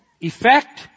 Effect